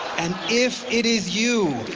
and if it is you,